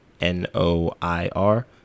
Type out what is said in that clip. N-O-I-R